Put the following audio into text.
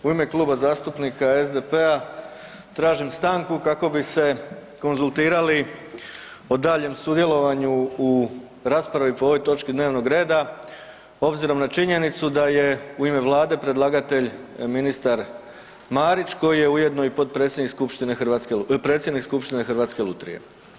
U ime Kluba zastupnika SDP-a tražim stanku kako bi se konzultirali o daljem sudjelovanju u raspravi po ovoj točki dnevnog reda obzirom na činjenicu da je u ime Vlade predlagatelj ministar Marić koji je ujedno i potpredsjednik Skupštine Hrvatske lutrije.